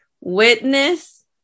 Witness